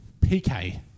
PK